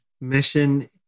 Mission